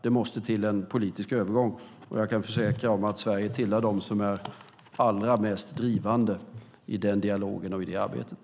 Det måste till en politisk övergång, och jag kan försäkra att Sverige tillhör dem som är allra mest drivande i dialogen och i arbetet.